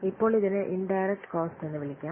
ഇപ്പോൾ ഇതിനെ indirect cost എന്ന് വിളിക്കാം